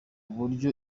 buryo